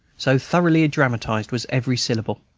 so thoroughly dramatized was every syllable.